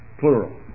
plural